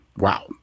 Wow